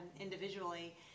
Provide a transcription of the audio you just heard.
individually